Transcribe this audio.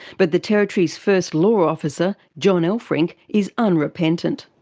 but the territory's first law officer, john elferink, is unrepentant.